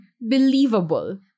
believable